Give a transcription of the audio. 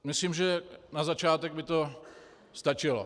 Myslím, že na začátek by to stačilo.